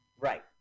Right